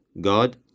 God